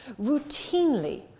routinely